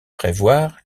prévoir